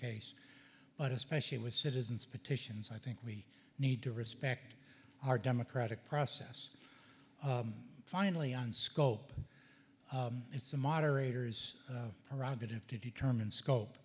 case but especially with citizens petitions i think we need to respect our democratic process finally on scope it's the moderator's prerogative to determine scope